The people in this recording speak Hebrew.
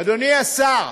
אדוני השר,